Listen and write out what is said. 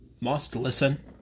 ...must-listen